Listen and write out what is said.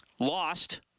Lost